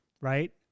right